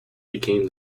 became